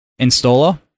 installer